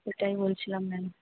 ওটাই বলছিলাম ম্যাম